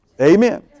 Amen